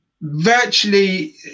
virtually